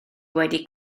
wedi